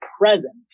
present